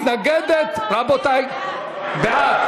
רבותי, רבותי, איימן עודה.